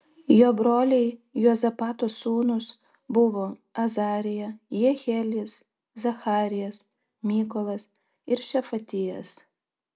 jo broliai juozapato sūnūs buvo azarija jehielis zacharijas mykolas ir šefatijas